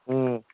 ꯎꯝ